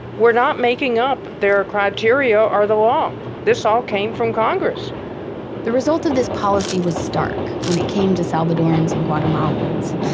were not making up their criteria or the law. this all came from congress the result of this policy was stark when it came to salvadorans and guatemalans.